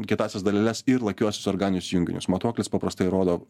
kietąsias daleles ir lakiuosius organinius junginius matuoklis paprastai rodo